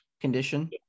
condition